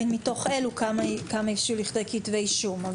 מתוך אלו כמה הבשילו לכדי כתבי אישום.